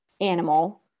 animal